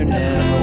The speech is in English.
now